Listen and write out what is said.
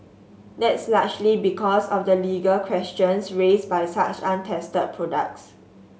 that's largely because of the legal questions raised by such untested products